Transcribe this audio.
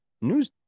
news